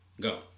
Go